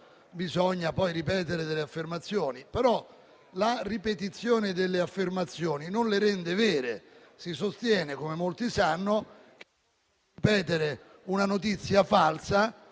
bisogna poi ripetere delle affermazioni. La ripetizione delle affermazioni, però, non le rende vere. Si sostiene, come molti sanno, che a ripetere una notizia falsa